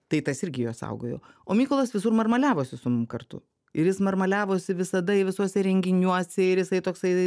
tai tas irgi juos saugojo o mykolas visur marmaliavosi su mum kartu ir jis marmaliavosi visada į visuose renginiuose ir jisai toksai